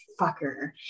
fucker